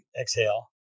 exhale